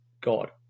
God